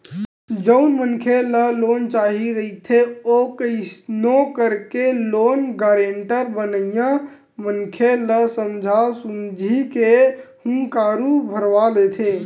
जउन मनखे ल लोन चाही रहिथे ओ कइसनो करके लोन गारेंटर बनइया मनखे ल समझा सुमझी के हुँकारू भरवा लेथे